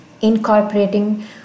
Incorporating